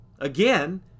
Again